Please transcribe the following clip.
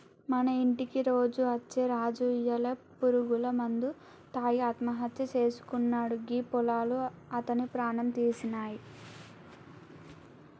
మన ఇంటికి రోజు అచ్చే రాజు ఇయ్యాల పురుగుల మందు తాగి ఆత్మహత్య సేసుకున్నాడు గీ పొలాలు అతని ప్రాణం తీసినాయి